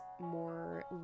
more